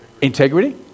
integrity